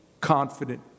confident